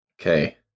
Okay